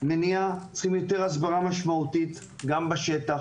צריך יותר הסברה משמעותית גם בשטח,